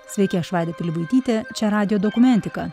sveiki aš vaida pilibaitytė čia radijo dokumentika